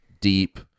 deep